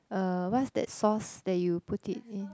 uh what's that sauce that you put it in